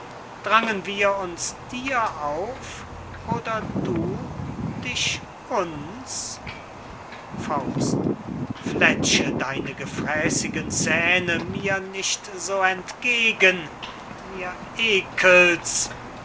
drangen wir uns dir auf oder du dich uns fletsche deine gefräßigen zähne mir nicht so entgegen mir eckelts